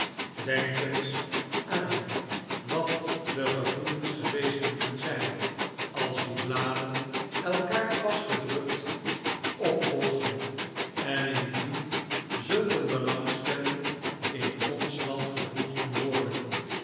denk eens aan wat de gevoelens geweest moeten zijn als die bladen elkaar pas gedrukt opvolgen en indien zulk een belangstelling in ons land gevoeld kon worden